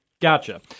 Gotcha